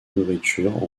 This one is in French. nourriture